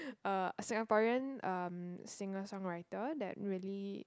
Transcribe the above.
uh a Singaporean um singer songwriter that really